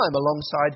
alongside